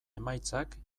emaitzak